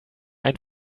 ein